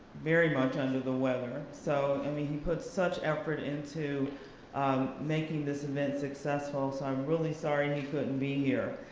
very much under the weather, so and i mean he put such effort into um making this event successful, so i'm really sorry and he couldn't be here.